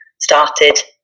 started